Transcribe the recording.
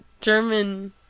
German